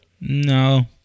No